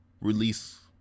release